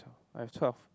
I have twelve